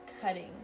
cutting